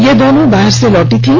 ये दोनों बाहर से लौटी थीं